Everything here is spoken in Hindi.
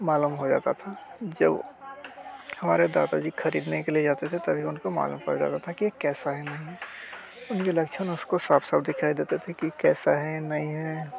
मालूम हो जाता था जब हमारे दादा जी ख़रीदने के लिए जाते थे तभी उनको मालूम पड़ जाता था कि ये कैसा है नहीं है उनके लक्षण उसको साफ़ साफ़ दिखाई देते थे कि कैसा है नहीं है